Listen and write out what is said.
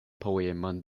poemon